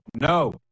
No